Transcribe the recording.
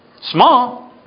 Small